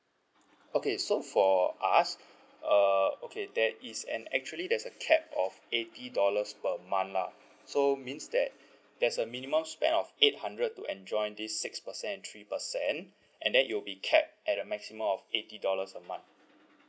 okay so for us uh okay there is an actually there's a cap of eighty dollars per month lah so means that there's a minimum spend of eight hundred to enjoy this six percent and three percent and then it'll be capped at a maximum of eighty dollars a month